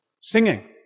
Singing